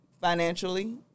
financially